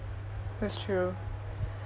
that's true